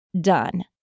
done